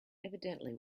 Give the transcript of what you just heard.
evidently